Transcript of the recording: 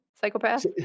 psychopath